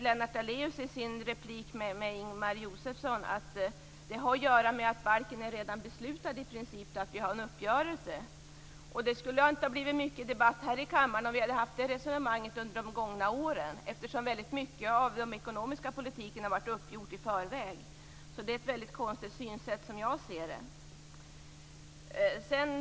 Lennart Daléus sade i sin replik med Ingemar Josefsson att det beror på att man i princip redan har fattat beslut om balken. Det finns en uppgörelse. Det skulle inte ha blivit mycket till debatt i kammaren om vi hade resonerat så under de gångna åren. Mycket av den ekonomiska politiken har varit uppgjord i förväg. Det är ett konstigt synsätt.